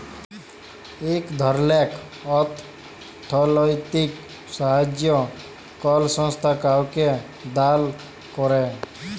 ইক ধরলের অথ্থলৈতিক সাহাইয্য কল সংস্থা কাউকে দাল ক্যরে